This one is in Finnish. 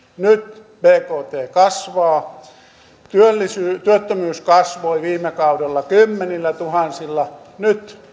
nyt bkt kasvaa työttömyys kasvoi viime kaudella kymmenillätuhansilla nyt